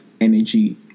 energy